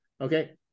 Okay